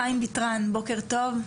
חיים ביטרן, בוקר טוב.